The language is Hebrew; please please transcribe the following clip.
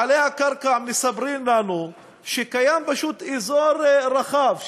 בעלי הקרקע מספרים לנו שקיים פשוט אזור רחב,